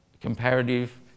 comparative